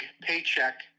paycheck